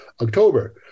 October